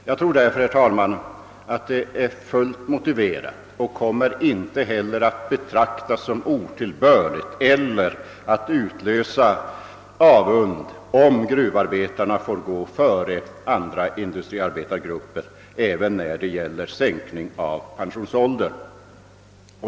Jag tror därför, herr talman, att det är fullt motiverat och att det inte kommer att betraktas som otillbörligt eller utlösa avund om gruvarbetarna får gå före andra industriarbetargrupper även när det gäller en sänkning av pensionsåldern.